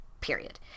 period